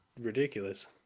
ridiculous